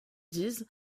disent